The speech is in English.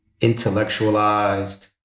intellectualized